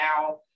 now